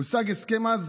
הושג הסכם אז,